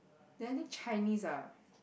learning Chinese ah